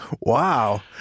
Wow